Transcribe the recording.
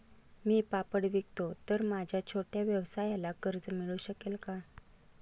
मी पापड विकतो तर माझ्या या छोट्या व्यवसायाला कर्ज मिळू शकेल का?